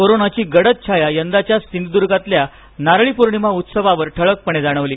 कोरोनाची गडद छाया यंदाच्या सिंधुदुर्गातल्या नारळी पौर्णिमा उत्सवावर ठळकपणे जाणवली